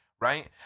right